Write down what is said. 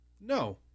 no